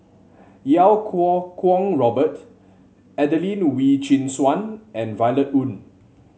Iau Kuo Kwong Robert Adelene Wee Chin Suan and Violet Oon